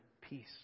peace